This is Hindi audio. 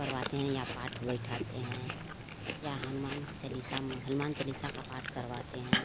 करवाते हैं या पाठ बैठाते हैं या हनुमान चालीसा हनुमान चालीसा का पाठ करवाते हैं